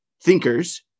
thinkers